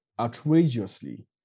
outrageously